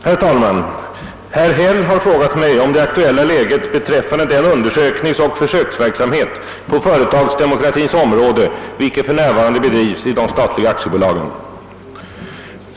Herr talman! Herr Häll har frågat mig om det aktuella läget beträffande den undersökningsoch försöksverksamhet på företagsdemokratins område vilken för närvarande bedrivs i de statliga aktiebolagen.